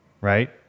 right